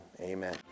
Amen